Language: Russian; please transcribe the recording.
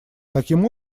таким